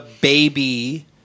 baby